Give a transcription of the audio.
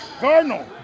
Cardinal